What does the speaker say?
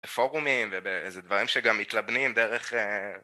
פורומים ובאיזה דברים שגם מתלבנים דרך...